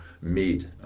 meet